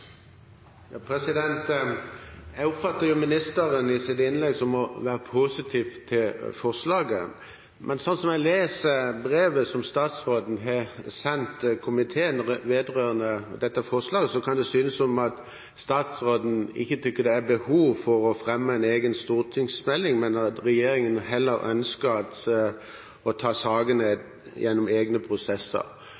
Jeg oppfatter det som om statsråden i sitt innlegg er positiv til forslaget, men slik jeg leser brevet som statsråden har sendt komiteen vedrørende dette forslaget, kan det synes som om statsråden ikke mener det er behov for å fremme en egen stortingsmelding, men at regjeringen heller ønsker å ta saken gjennom egne prosesser.